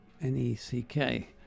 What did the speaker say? N-E-C-K